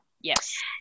Yes